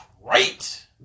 Right